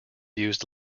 used